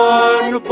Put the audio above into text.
one